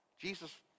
Jesus